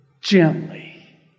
gently